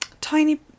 tiny